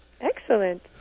Excellent